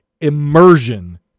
immersion